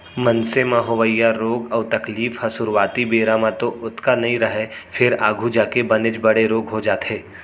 मनसे म होवइया रोग अउ तकलीफ ह सुरूवाती बेरा म तो ओतका नइ रहय फेर आघू जाके बनेच बड़े रोग हो जाथे